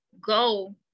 go